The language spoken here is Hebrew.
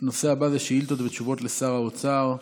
הנושא הבא זה שאילתות ותשובות לשר האוצר.